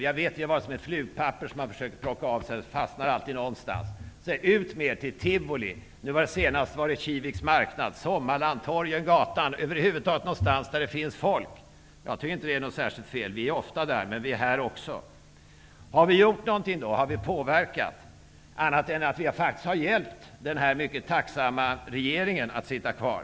Jag vet att vi har varit som ett flugpapper som man har försökt att plocka av sig, men som ändå alltid fastnar någonstans. Man har tyckt: Ut med er till tivoli! Nu senast var det tal om Kiviks marknad, Sommarland, torg och gator och över huvud taget någonstans där det finns folk. Jag tycker inte att det är särskilt fel. Vi är ofta ute, men vi är här också. Har vi påverkat någonting, annat än att vi faktiskt har hjälpt den här mycket tacksamma regeringen att sitta kvar?